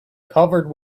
covered